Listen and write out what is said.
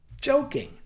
joking